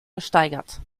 gesteigert